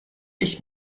ich